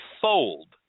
fold